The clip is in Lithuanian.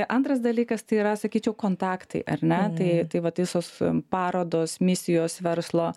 antras dalykas tai yra sakyčiau kontaktai ar ne tai tai vat visos parodos misijos verslo